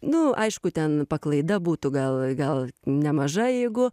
nu aišku ten paklaida būtų gal gal nemaža jeigu